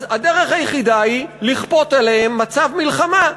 אז הדרך היחידה היא לכפות עליהם מצב מלחמה,